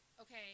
okay